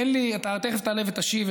אתה תכף תעלה ותשיב,